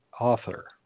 author